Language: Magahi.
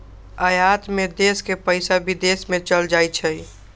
आयात में देश के पइसा विदेश में चल जाइ छइ